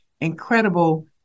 incredible